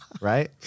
right